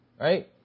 Right